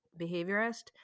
behaviorist